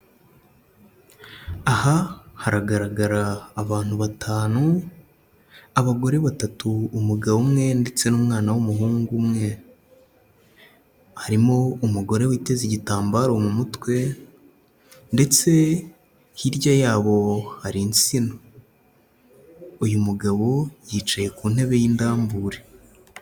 Aha haragaragara abantu batanu, abagore batatu, umugabo umwe ndetse n'umwana w'umuhungu umwe, harimo umugore witeze igitambaro mu mutwe ndetse hirya yabo hari insina, uyu mugabo yicaye ku ntebe y'indambure.